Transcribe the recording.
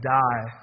die